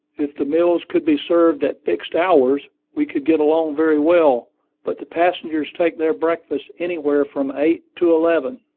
if the meals could be served at fixed hours, we could get along very well but the passengers take their breakfast anywhere from eight to eleven.